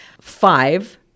Five